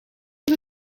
heb